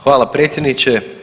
Hvala predsjedniče.